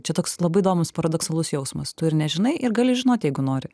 čia toks labai įdomūs paradoksalus jausmas tu ir nežinai ir gali žinot jeigu nori